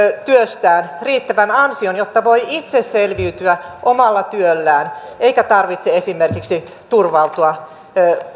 työstään riittävän ansion jotta voi itse selviytyä omalla työllään eikä tarvitse esimerkiksi turvautua